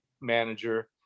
manager